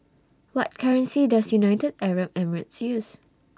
What currency Does United Arab Emirates use